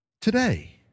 today